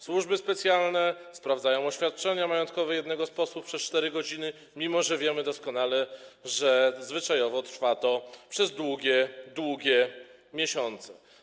Służby specjalne sprawdzają oświadczenia majątkowe jednego z posłów przez 4 godziny, mimo że wiemy doskonale, że zwyczajowo trwa to przez długie, długie miesiące.